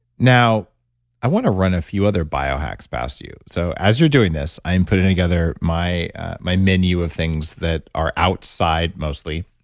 now i want to run a few other bio hacks past you. so as you're doing this, i am putting together my my menu of things that are outside mostly